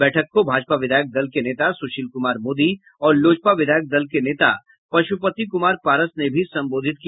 बैठक को भाजपा विधायक दल के नेता सुशील कुमार मोदी और लोजपा विधायक दल के नेता पशुपति कुमार पारस ने भी संबोधित किया